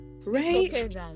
Right